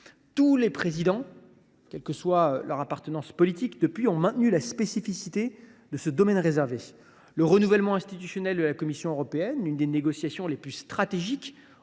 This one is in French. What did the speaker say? Tous les présidents, quelle que soit leur appartenance politique, ont depuis maintenu la spécificité de ce domaine réservé. Le renouvellement institutionnel de la Commission européenne, l’une des négociations les plus stratégiques